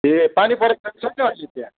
ए पानी परेको छ कि छैन अहिले त्यहाँ